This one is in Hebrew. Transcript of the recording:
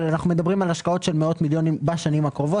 אבל אנחנו מדברים על השקעות של מאות מיליונים בשנים הקרובות.